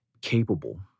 capable